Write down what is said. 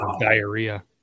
diarrhea